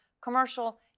commercial